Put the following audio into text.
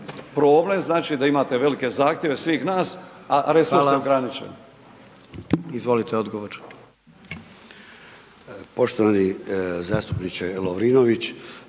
problem, znači da imate velike zahtjeve svih nas, a resursi ograničeni. **Jandroković,